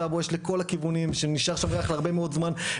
בואש לכל הכיוונים ונשאר שם ריח להרבה מאוד זמן,